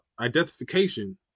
identification